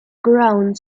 ground